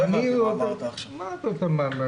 שלוש נקודות לגבי